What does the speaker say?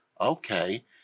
okay